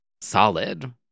solid